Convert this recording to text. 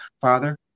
father